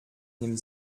nimmt